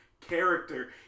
character